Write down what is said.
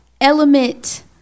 element